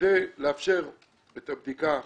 כדי לאפשר את הבדיקה,